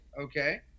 okay